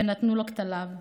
ונתנו לו כתליו //